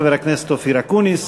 חבר הכנסת אופיר אקוניס,